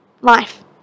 life